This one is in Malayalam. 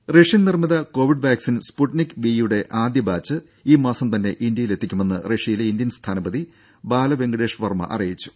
രുപ റഷ്യൻ നിർമ്മിത കോവിഡ് വാക്സിൻ സ്ഫുട്നിക് വി യുടെ ആദ്യ ബാച്ച് ഈ മാസം തന്നെ ഇന്ത്യയിലെത്തിക്കുമെന്ന് റഷ്യയിലെ ഇന്ത്യൻ സ്ഥാനപതി ബാല വെങ്കിടേഷ് വർമ്മ അറിയിച്ചു